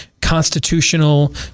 constitutional